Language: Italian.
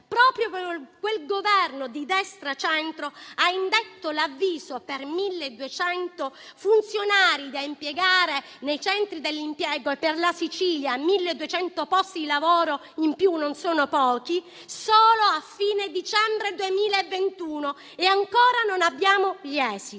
Proprio quel Governo di destra-centro ha indetto l'avviso per 1.200 funzionari da impiegare nei centri per l'impiego, e per la Sicilia 1.200 posti di lavoro in più non sono pochi, solo a fine dicembre 2021 e ancora non abbiamo gli esiti.